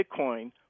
Bitcoin